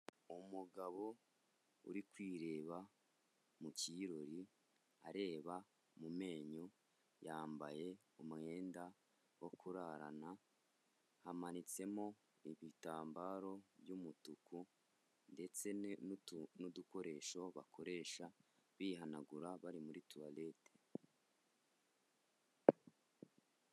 Umugabo uri kwireba mu kirori, areba mu menyo, yambaye umwenda wo kurarana, hamanitsemo ibitambaro by'umutuku, ndetse n'udukoresho bakoresha bihanagura bari muri tuwalete.